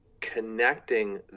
connecting